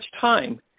time